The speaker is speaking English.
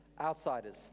Outsiders